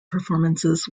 performances